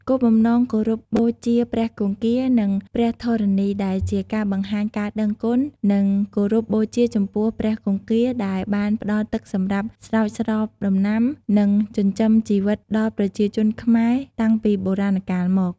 គោលបំណងគោរពបូជាព្រះគង្គា និងព្រះធរណីដែលជាការបង្ហាញការដឹងគុណ និងគោរពបូជាចំពោះព្រះគង្គាដែលបានផ្ដល់ទឹកសម្រាប់ស្រោចស្រពដំណាំ និងចិញ្ចឹមជីវិតដល់ប្រជាជនខ្មែរតាំងពីបុរាណកាលមក។